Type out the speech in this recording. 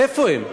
איפה הם?